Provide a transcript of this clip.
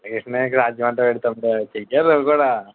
తమ్ముడు చెయ్యాలి అవి కూడా